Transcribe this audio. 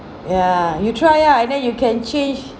ya you try lah and then you can change